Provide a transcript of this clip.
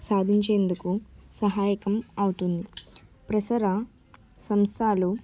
సాధించేందుకు సహాయకం అవుతుంది ప్రసార సంస్థలు